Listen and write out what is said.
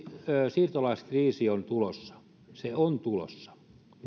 siirtolaiskriisi on tulossa se on tulossa